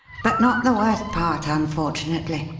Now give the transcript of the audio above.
but not the worst part, unfortunately.